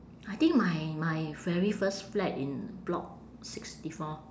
I think my my very first flat in block sixty four